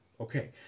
Okay